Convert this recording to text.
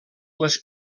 les